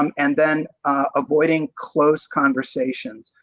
um and then avoiding close conversations.